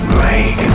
Break